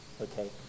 okay